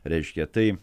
reiškia tai